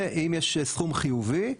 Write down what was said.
ואם יש סכום חיובי,